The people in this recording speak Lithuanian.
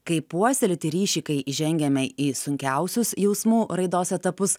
kaip puoselėti ryšį kai įžengiame į sunkiausius jausmų raidos etapus